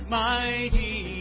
mighty